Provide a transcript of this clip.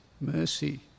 mercy